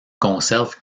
conserve